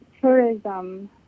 tourism